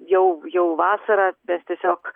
jau jau vasarą mes tiesiog